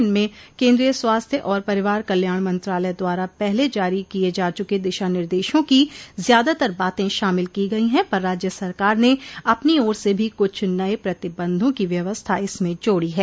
इनमें केन्द्रीय स्वास्थ्य और परिवार कल्याण मंत्रालय द्वारा पहले जारी किये जा चूके दिशा निर्देशों की ज्यादातर बातें शामिल की गई हैं पर राज्य सरकार ने अपनी ओर से भी कुछ नए प्रतिबंधों की व्यवस्था इसमें जोड़ी है